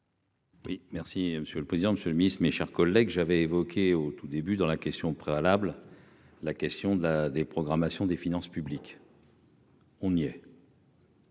Oui merci monsieur le président, Monsieur le Ministre, mes chers collègues, j'avais évoquée au tout début, dans la question préalable : la question de la des programmation des finances publiques. On y